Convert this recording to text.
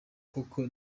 koko